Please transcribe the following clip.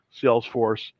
Salesforce